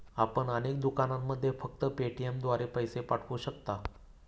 आपण अनेक दुकानांमध्ये फक्त पेटीएमद्वारे पैसे पाठवू शकता